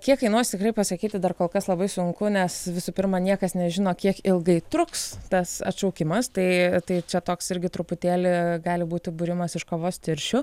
kiek kainuos tikrai pasakyti dar kol kas labai sunku nes visų pirma niekas nežino kiek ilgai truks tas atšaukimas tai tai čia toks irgi truputėlį gali būti būrimas iš kavos tirščių